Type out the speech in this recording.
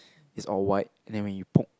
it's all white and then when you poke